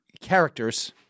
characters